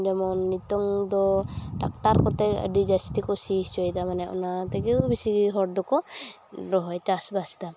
ᱡᱮᱢᱚᱱ ᱱᱤᱛᱚᱝ ᱫᱚ ᱴᱨᱟᱠᱴᱟᱨ ᱠᱚᱛᱮ ᱟᱹᱰᱤ ᱡᱟᱹᱥᱛᱤᱠᱚ ᱥᱤ ᱦᱪᱚᱭᱮᱫᱟ ᱢᱟᱱᱮ ᱚᱱᱟᱛᱮᱜᱮ ᱵᱮᱥᱤ ᱦᱚᱲ ᱫᱚᱠᱚ ᱨᱚᱦᱚᱭ ᱪᱟᱥᱵᱟᱥ ᱮᱫᱟ